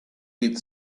read